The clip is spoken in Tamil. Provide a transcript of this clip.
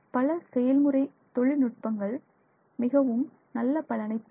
பல செயல்முறை தொழில்நுட்பங்கள் மிகவும் நல்ல பலனை தரும்